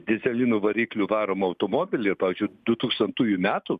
dyzelinu varikliu varomą automobilį ir pavyzdžiui dutūkstantųjų metų